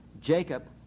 Jacob